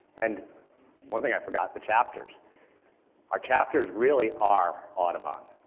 and one thing i forgot the chapters our chapters really are audubon.